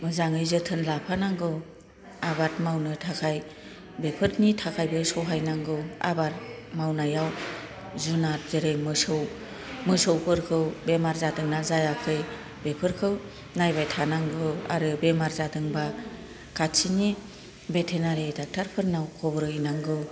मोजाङै जोथोन लाफानांगौ आबाद मावनो थाखाय बेफोरनि थाखायबो सहाय नांगौ आबाद मावनायाव जुनाद जेरै मोसौ मोसौफोरखौ बेमार जादों ना जायाखै बेफोरखौ नायबाय थानांगौ आरो बेमार जादोंबा खाथिनि वेटेरिनारि डक्टरफोरनाव खबर हैनांगौ